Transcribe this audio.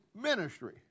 ministry